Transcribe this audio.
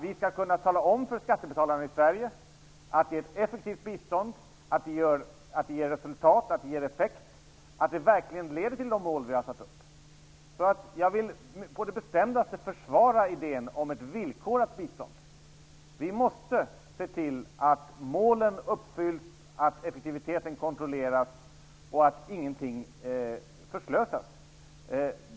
Vi skall kunna tala om för skattebetalarna i Sverige att biståndet är effektivt, att det ger resultat och effekt och att det verkligen leder till de mål som vi har satt upp. Jag vill på det bestämdaste försvara idén om ett villkorat bistånd. Vi måste se till att målen uppfylls, att effektiviteten kontrolleras och att ingenting förslösas.